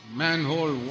manhole